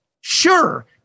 Sure